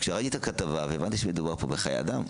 וכשראיתי את הכתבה והבנתי שמדובר פה בחיי אדם,